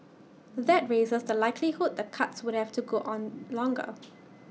that raises the likelihood the cuts would have to go on longer